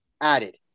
added